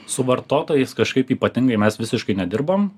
su vartotojais kažkaip ypatingai mes visiškai nedirbom